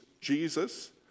Jesus